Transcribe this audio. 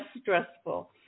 stressful